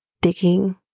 digging